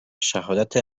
شهادت